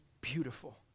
beautiful